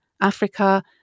Africa